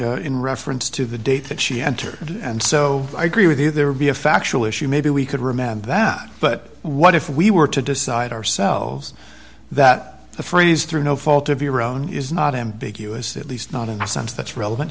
in reference to the date that she entered and so i agree with you there would be a factual issue maybe we could remand that but what if we were to decide ourselves that the phrase through no fault of your own is not ambiguous at least not in a sense that's relevant